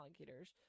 alligators